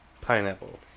pineapple